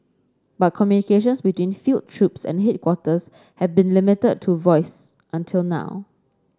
but communications between field troops and headquarters have been limited to voice until now